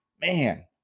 man